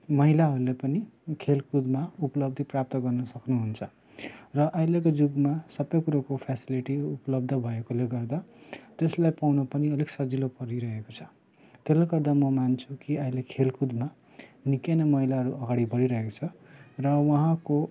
महिलाहरूले पनि खेलकुदमा उपलब्धि प्राप्त गर्नु सक्नु हुन्छ र अहिलेको जुगमा सबै कुरोको फेसिलिटी उपलब्ध भएकोले गर्दा त्यसलाई पाउनु पनि अलिक सजिलो परिरहेको छ त्यसले गर्दा म मान्छु कि अहिले खेलकुदमा निकै नै महिलाहरू अगाडि बडिरहेको छ र उहाँको